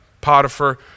Potiphar